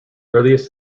earliest